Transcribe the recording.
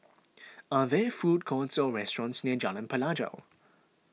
are there food courts or restaurants near Jalan Pelajau